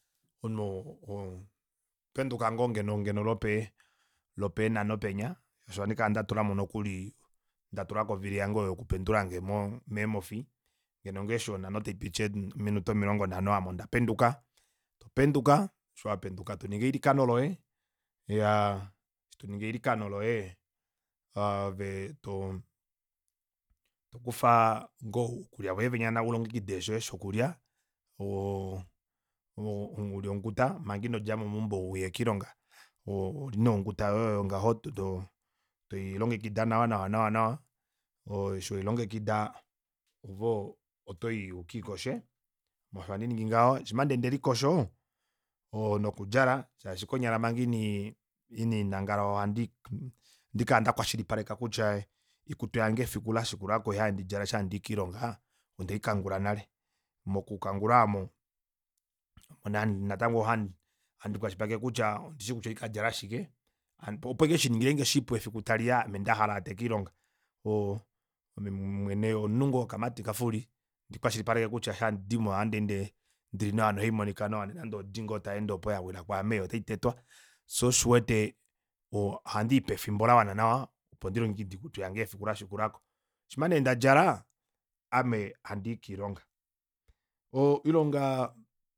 Omunhu ou e- e ohopenduka ngoo ngeno lwope lwopee nhano penya shaashi ohandi kala ndatulamo nokuli ndatulako ovili yange oyo yokupendulange mo meemofi ngeno ngoo eshi onhano taipiti ominhute omilongo nhano ame ondapendu topenduka eshi wapenduka toningi elikano loye iyaa eshi toningi eilikano loye ove to tokufa ngoo ukalya voye venya ulongekide shoye shokulya toli onghuta omanga inodjamo meumbo uye koilonga o ooli neenghuta yoye oyo ngaho to toilongekida nawa nawa nawa oo eshi weilongekida ove otoyi ukiikoshe ame osho handi ningi ngaho shima nee ndelikosho nokudjala shaashi konyala manga inii ininangala ohandi ohandi kala ndakwashilipaleka kutya iikutu yange efiku lashikulako oyo handi djala eshi hadii kilonga onde ikangula nale moku kangula aamo omo nee handi natango handi kwashilipaleke kutya ondishi kutya ohaikandjala shike opo aike shiningilenge shipu efiku taliya ame ndaha laate koilonga oo ame mwene omunhu ngoo wokamati kafuuli ohandi kwashilipaleke kutya eshi hadi dimo ohandeende dili nawa noihamonika nawa ndee nande odi ngoo tayeende opo yawilwa kwaame otaitetwa shoo osho uwete ohadiipe efimbo lawana nawa opo ndilongekide oikutu yange yefiku lashikulako shima nee ndadjala ame handii kiilonga oo iilongaa